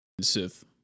Sith